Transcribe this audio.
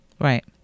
Right